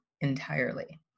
entirely